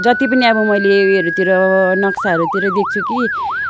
जतिपनि अबमैले उयोहरूतिर नक्साहरूतिर देख्छु कि